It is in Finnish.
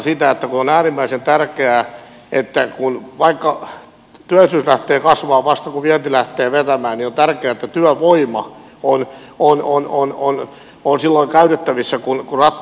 vaikka työllisyys lähtee kasvamaan vasta kun paikalla jo syvä ja kasvavasta vienti lähtee vetämään niin on tärkeää että työvoima on silloin käytettävissä kun rattaat lähtee paremmin pyörimään